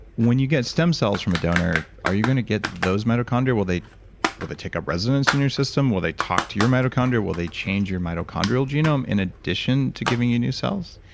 when you get stem cells from a donor, are you going to get those mitochondria? will they will they take up residence in your system? will they talk to your mitochondria? will they change your mitochondrial genome in addition to giving you new cells?